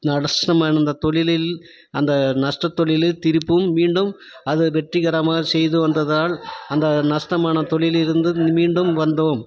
நஷ்டமடைந்த தொழிலில் அந்த நஷ்ட தொழிலை திருப்பும் மீண்டும் அது வெற்றிகரமாக செய்து வந்ததால் அந்த நஷ்டமான தொழிலிருந்து மீண்டு வந்தோம்